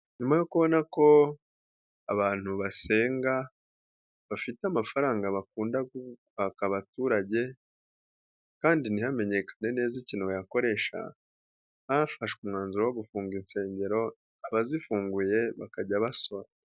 Nyuma yo kubona ko abantu basenga bafite amafaranga bakunda kwaka abaturage kandi ntihamenyekane neza ikintu bayakoresha, hafashwe umwanzuro wo gufunga insengero, abazifunguye bakajya basora.